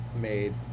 made